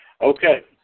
Okay